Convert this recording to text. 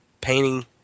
painting